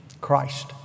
Christ